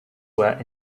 were